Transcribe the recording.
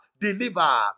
deliver